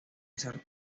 aterrizar